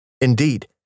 Indeed